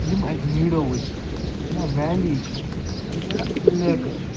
یِم اَتہِ میٖڈوز چھِ یا ویلی چھِ یا لیکٕس چھِ